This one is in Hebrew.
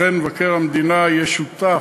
מבקר המדינה יהיה שותף,